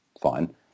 Fine